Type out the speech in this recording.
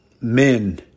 men